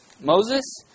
Moses